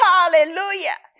Hallelujah